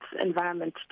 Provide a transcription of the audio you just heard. environment